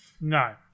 No